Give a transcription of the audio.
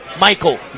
Michael